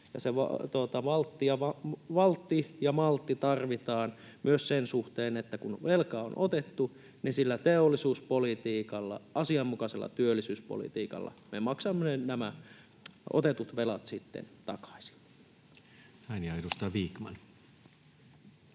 valtti ja maltti tarvitaan myös sen suhteen, että kun velka on otettu, niin sillä teollisuuspolitiikalla, asianmukaisella työllisyyspolitiikalla me maksamme sitten nämä otetut velat takaisin.